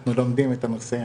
אנחנו לומדים את הנושא,